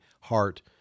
heart